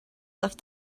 left